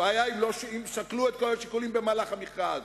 הבעיה היא לא אם שקלו את כל השיקולים במהלך המכרז,